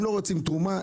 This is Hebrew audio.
הם לא רוצים תרומה.